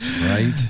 Right